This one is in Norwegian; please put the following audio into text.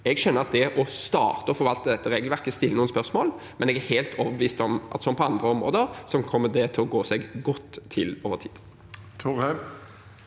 Jeg skjønner at det å starte å forvalte dette regelverket, skaper noen spørsmål, men jeg er helt overbevist om at det som på andre områder, kommer til å gå seg godt til over tid.